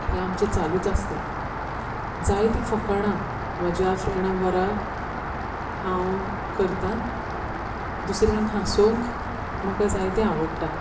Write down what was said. हें आमचें चालूच आसता जायती फकाणां म्हज्या फ्रेणा बारा हांव करतां दुसऱ्यांक हासोंक म्हाका जायते आवडटा